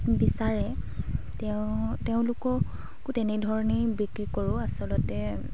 বিচাৰে তেওঁ তেওঁলোককো তেনেধৰণেই বিক্ৰী কৰোঁ আচলতে